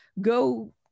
go